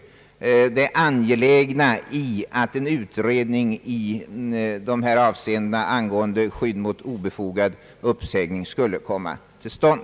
— det angelägna i att en utredning angående skydd mot obefogad uppsägning kom till stånd.